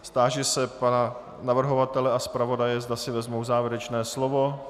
Táži se pana navrhovatele a zpravodaje, zda si vezmou závěrečné slovo.